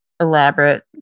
elaborate